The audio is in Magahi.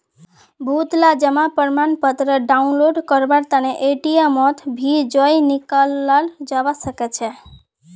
बहुतला जमा प्रमाणपत्र डाउनलोड करवार तने एटीएमत भी जयं निकलाल जवा सकछे